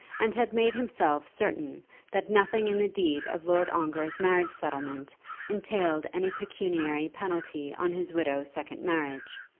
and had made himself certain that nothing in the deed of lord ongar's marriage-settlement entailed any pecuniary penalty on his widow's second marriage.